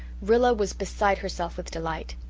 rilla was beside herself with delight.